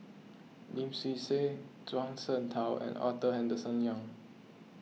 Lim Swee Say Zhuang Sheng Tao and Arthur Henderson Young